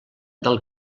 del